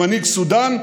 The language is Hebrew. עם מנהיג סודאן,